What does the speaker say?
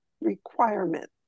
requirement